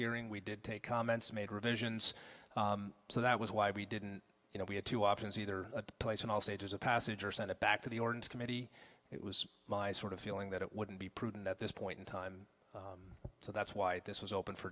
hearing we did take comments made revisions so that was why we didn't you know we had two options either at the place and all stages of passage or sent it back to the origins committee it was my sort of feeling that it wouldn't be prudent at this point in time so that's why this was open for